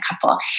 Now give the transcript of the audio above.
couple